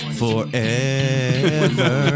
forever